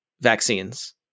vaccines